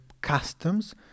customs